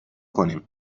کنیم